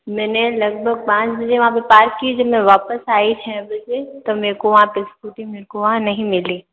मैंने लगभग पाँच बजे वहाँ पे पार्क की जब मैं वापस आई छः बजे तब मेरे को वहाँ पे स्कूटी मेरे को वहाँ नहीं मिली